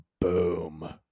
boom